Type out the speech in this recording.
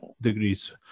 degrees